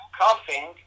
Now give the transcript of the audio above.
coughing